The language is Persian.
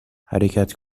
حرکت